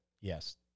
Yes